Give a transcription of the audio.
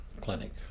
Clinic